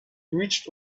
reached